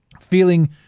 feeling